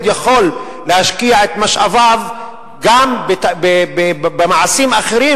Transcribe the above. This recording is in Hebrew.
יכול להשקיע את משאביו גם במעשים אחרים,